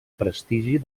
prestigi